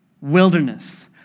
wilderness